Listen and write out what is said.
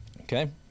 Okay